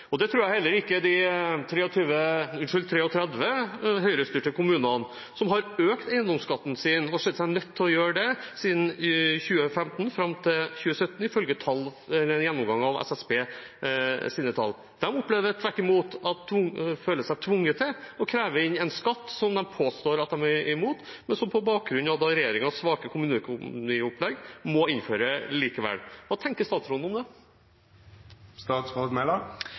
Og jeg tror heller ikke de 33 Høyre-styrte kommunene som har økt eiendomsskatten sin, opplever det. De har sett seg nødt til å gjøre det siden 2015, fram til 2017, ifølge en gjennomgang av tall fra SSB. De føler seg, tvert imot, tvunget til å kreve inn en skatt som de påstår at de er imot, men som de på grunn av regjeringens svake kommuneøkonomiopplegg må innføre likevel. Hva tenker statsråden om det?